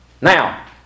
Now